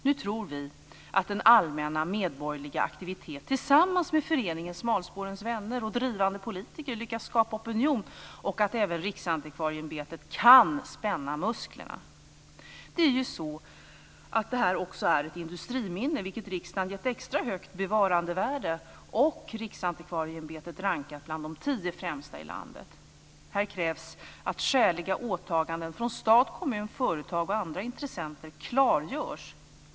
Nu tror vi att den allmänna medborgerliga aktiviteten tillsammans med föreningen Smalspårens vänner och drivande politiker lyckas skapa opinion och att även Riksantikvarieämbetet kan spänna musklerna. Det här är ju också ett industriminne, vilket riksdagen gett extra högt bevarandevärde och Riksantikvarieämbetet rankat bland de tio främsta i landet. Här krävs att skäliga åtaganden från stat, kommun, företag och andra intressenter klargörs.